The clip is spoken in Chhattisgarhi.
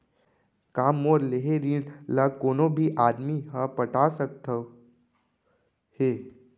का मोर लेहे ऋण ला कोनो भी आदमी ह पटा सकथव हे?